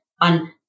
on